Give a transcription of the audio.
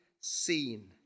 seen